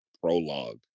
prologue